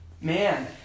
Man